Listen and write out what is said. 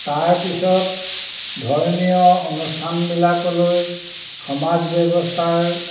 তাৰপিছত ধৰ্মীয় অনুষ্ঠানবিলাকলৈ সমাজ ব্যৱস্থাৰ